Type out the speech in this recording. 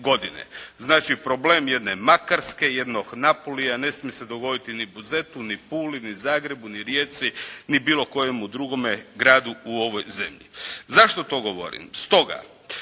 Znači problem jedne Makarske, jednog Napulija ne smije se dogoditi ni Buzetu, ni Puli, ni Zagrebu, ni Rijeci, ni bilo kojemu drugome gradu u ovoj zemlji. Zašto to govorim?